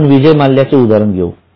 आपण विजय माल्या चे उदाहरण घेऊ